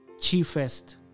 chiefest